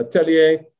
Atelier